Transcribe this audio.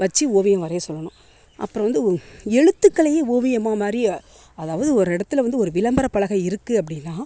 வச்சி ஓவியம் வரைய சொல்லணும் அப்றோம் வந்து எழுத்துக்களையே ஓவியம் மாதிரி அதாவது ஒரு இடத்துல வந்து ஒரு விளம்பர பலகை இருக்குது அப்படின்னா